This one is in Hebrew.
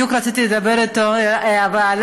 בדיוק רציתי לדבר איתו ועליו,